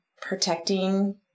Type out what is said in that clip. protecting